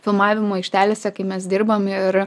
filmavimo aikštelėse kai mes dirbam ir